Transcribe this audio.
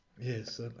Yes